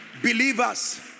Believers